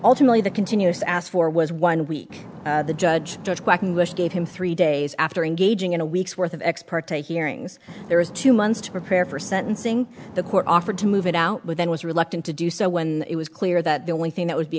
ultimately the continuous asked for was one week the judge judge quackenbush gave him three days after engaging in a week's worth of ex parte hearings there was two months to prepare for sentencing the court offered to move it out with then was reluctant to do so when it was clear that the only thing that would be